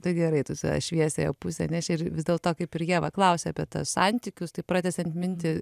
tai gerai tu save šviesiąją pusę neši ir vis dėlto kaip ir ieva klausė apie tą santykius taip pratęsiant mintį